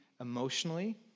emotionally